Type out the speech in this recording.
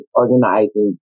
organizing